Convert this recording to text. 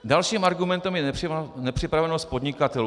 Dalším argumentem je nepřipravenost podnikatelů.